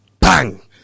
Bang